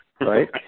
right